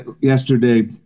yesterday